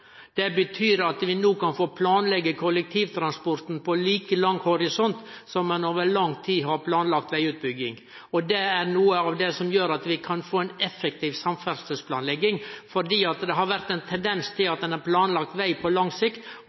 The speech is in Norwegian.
Det betyr at vi no kan planleggje kollektivtransporten med like lang horisont som ein i lang tid har planlagt vegutbygging. Det er noko av det som gjer at vi kan få ei effektiv samferdselsplanlegging. Det har vore ein tendens til at ein har planlagt veg på lang sikt og